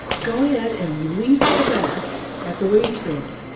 go ahead and release the back at the waistband.